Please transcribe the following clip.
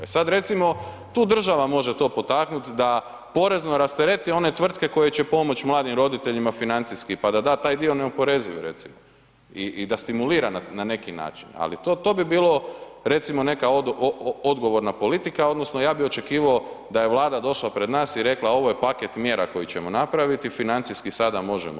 Sad recimo, tu država može to potaknuti, da porezno rastereti one tvrtke koje će pomoći mladim roditeljima financijski pa da da taj dio neoporezivi recimo i da stimulira na neki način, ali to, to bi bilo recimo, neka odgovorna politika, odnosno ja bih očekivao da je Vlada došla pred nas i rekla ovo je paket mjera koje ćemo napraviti, financijski sada možemo